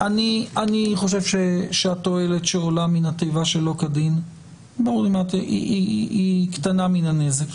אני חושב שהתועלת שעולה מהתיבה "שלא כדין" היא קטנה מהנזק.